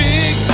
Big